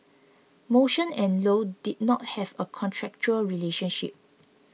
motion and low did not have a contractual relationship